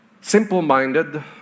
simple-minded